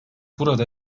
burada